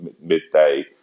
midday